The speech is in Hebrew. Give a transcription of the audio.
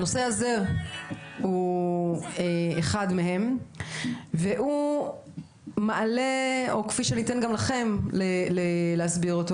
הנושא הזה הוא אחד מהם והוא מעלה או כפי שניתן גם לכם להסביר אותו,